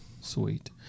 Sweet